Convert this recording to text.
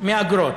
מאגרות.